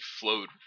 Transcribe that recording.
flowed